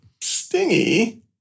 Stingy